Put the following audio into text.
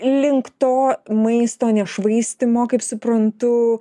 link to maisto nešvaistymo kaip suprantu